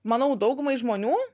manau daugumai žmonių